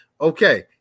Okay